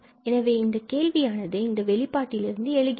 எனவே கேள்வியானது இந்த வெளிப்பாட்டில் இருந்து எழுகிறது